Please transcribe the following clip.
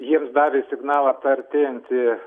jiems davė signalą ta artėjanti